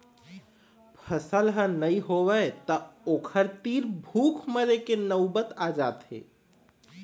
फसल ह नइ होवय त ओखर तीर भूख मरे के नउबत आ जाथे